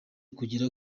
kugera